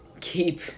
keep